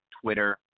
Twitter